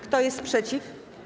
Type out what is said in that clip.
Kto jest przeciw?